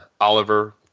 Oliver